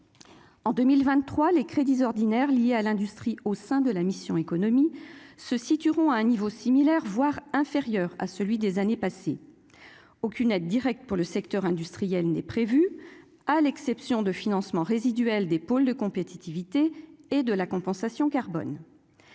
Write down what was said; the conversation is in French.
en 2023 les crédits ordinaires liés à l'industrie au sein de la mission Économie se situeront à un niveau similaire voire inférieur à celui des années passées, aucune aide directe pour le secteur industriel n'est prévue, à l'exception de financement résiduel des pôles de compétitivité et de la compensation carbone,